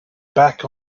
back